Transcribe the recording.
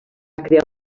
crear